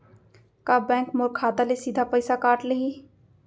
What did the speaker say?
का बैंक मोर खाता ले सीधा पइसा काट लिही?